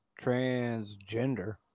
Transgender